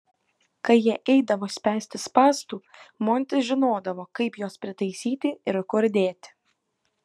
kai jie eidavo spęsti spąstų montis žinodavo kaip juos pritaisyti ir kur dėti